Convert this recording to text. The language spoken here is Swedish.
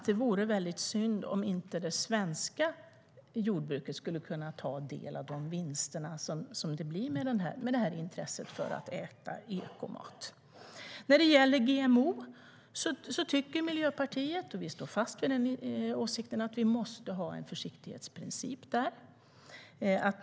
Det vore synd om inte det svenska jordbruket kunde ta del av de vinster som uppstår med intresset för att äta ekomat. När det gäller GMO står Miljöpartiet fast vid åsikten att det måste finnas en försiktighetsprincip.